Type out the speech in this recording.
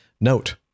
Note